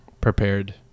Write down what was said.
prepared